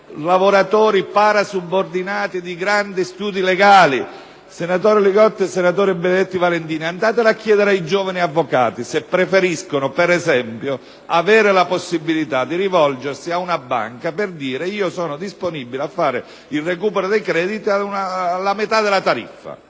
lavoratori parasubordinati di grandi studi legali. Senatori Li Gotti e Benedetti Valentini, andate a chiedere ai giovani avvocati se preferiscono, ad esempio, avere la possibilità di rivolgersi a una banca per dichiararsi disponibili a fare il recupero dei crediti alla metà della tariffa,